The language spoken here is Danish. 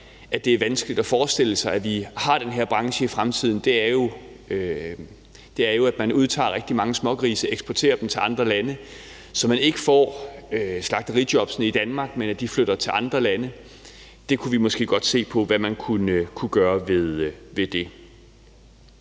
at det er vanskeligt at forestille sig, at vi har den her branche i fremtiden, er, at man udtager rigtig mange smågrise, eksporterer dem til andre lande, så man ikke får slagterijobbene i Danmark, men så de flytter til andre lande. Det kunne vi måske godt se på hvad man kunne gøre ved. Det